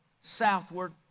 southward